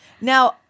Now